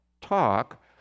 talk